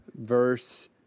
verse